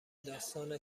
داستان